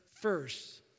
first